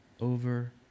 over